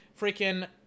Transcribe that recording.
freaking